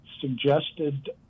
suggested